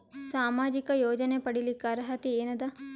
ಸಾಮಾಜಿಕ ಯೋಜನೆ ಪಡಿಲಿಕ್ಕ ಅರ್ಹತಿ ಎನದ?